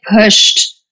pushed